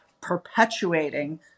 perpetuating